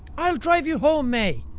i'll drive you home, mae.